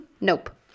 Nope